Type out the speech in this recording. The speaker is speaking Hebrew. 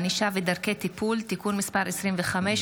ענישה ודרכי טיפול) (תיקון מס' 25,